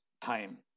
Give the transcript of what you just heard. time